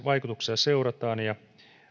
vaikutuksia seurataan ja